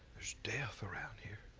there's death around here.